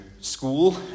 school